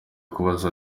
kubaza